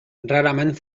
rarament